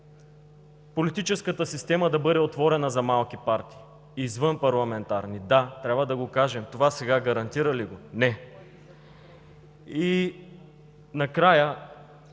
политическата система да бъде отворена за малки извънпарламентарни партии? Да, трябва да го кажем. Това сега гарантира ли го? Не. И накрая